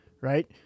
right